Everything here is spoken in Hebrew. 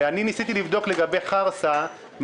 ניסיתי לבדוק לגבי חרסה.